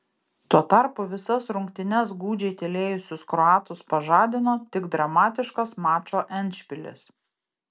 tuo tarpu visas rungtynes gūdžiai tylėjusius kroatus pažadino tik dramatiškas mačo endšpilis